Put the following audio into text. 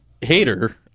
hater